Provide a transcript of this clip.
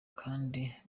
kandi